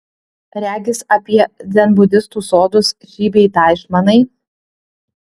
regis apie dzenbudistų sodus šį bei tą išmanai